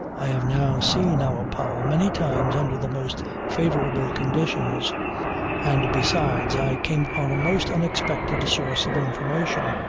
i have now seen our powell many times under the most favourable conditions and besides i came upon a most unexpected source of information.